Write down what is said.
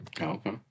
Okay